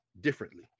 differently